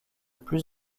plus